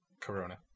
Corona